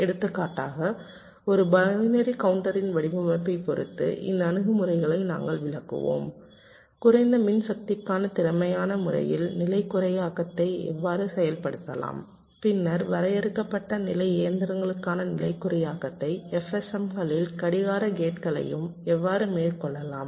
எடுத்துக்காட்டாக ஒரு பைனரி கவுண்டரின் வடிவமைப்பைப் பொறுத்து இந்த அணுகுமுறைகளை நாங்கள் விளக்குவோம் குறைந்த மின்சக்திக்கான திறமையான முறையில் நிலை குறியாக்கத்தை எவ்வாறு செயல்படுத்தலாம் பின்னர் வரையறுக்கப்பட்ட நிலை இயந்திரங்களுக்கான நிலை குறியாக்கத்தையும் FSM களில் கடிகார கேட்கலையும் எவ்வாறு மேற்கொள்ளலாம்